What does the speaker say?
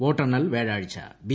വോട്ടെണ്ണൽ വ്യാഴാഴ്ച ബി